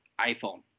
iPhone